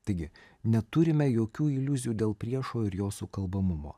taigi neturime jokių iliuzijų dėl priešo ir jo sukalbamumo